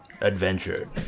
adventure